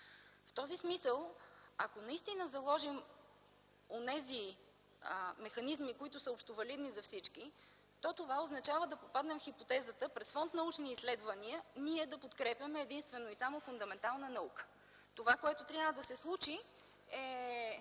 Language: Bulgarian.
В този смисъл, ако наистина заложим онези механизми, които са общовалидни за всички, това означава да попаднем в хипотезата през Фонд „Научни изследвания” да подкрепяме единствено и само фундаментална наука. Това, което трябва да се случи, е